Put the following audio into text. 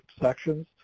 sections